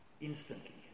Instantly